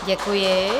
Děkuji.